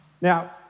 Now